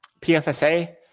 PFSA